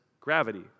gravity